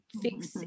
fix